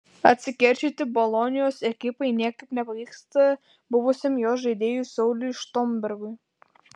atsikeršyti bolonijos ekipai niekaip nepavyksta buvusiam jos žaidėjui sauliui štombergui